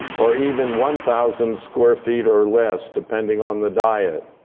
or even one thousand square feet or less depending on the diet.